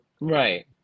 Right